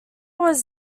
was